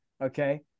Okay